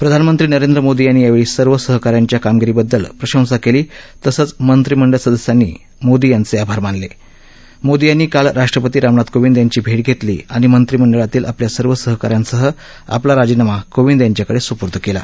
प्रधानमंत्री नरेंद्र मोदी यांनी यावछी सर्व सहकाऱ्यांच्या कामगिरीबद्दल प्रशंसा कल्ली तसंच मंत्रिमंडळ सदस्यांनी मोदी यांचक्रिभार मानलघिदी यांनी काल राष्ट्रपती रामनाथ कोविद यांची भट्टप्तक्री आणि मंत्रिमंडळातील आपल्या सर्व सहकाऱ्यांसह आपला राजीनामा कोविद यांच्याकड सुपूर्द कला